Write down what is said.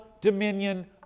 dominion